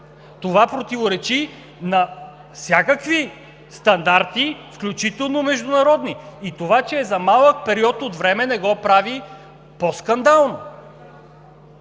Това противоречи на всякакви стандарти, включително международни. И това, че е за малък период от време, не го прави по-скандално.